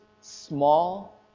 small